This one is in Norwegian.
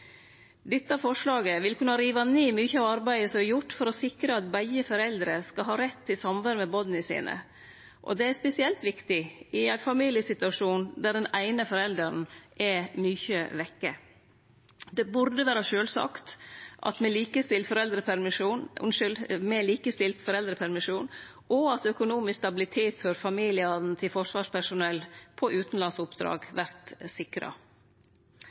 Dette forslaget vil kunne rive ned mykje av arbeidet som er gjort for å sikre at begge foreldre skal ha rett til samvær med barna sine. Det er spesielt viktig i ein familiesituasjon der den eine forelderen er mykje vekke. Det burde vere sjølvsagt med likestilt foreldrepermisjon og at økonomisk stabilitet for familiane til forsvarspersonell på utanlandsoppdrag vert sikra.